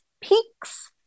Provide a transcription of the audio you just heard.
peaks